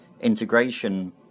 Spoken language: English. integration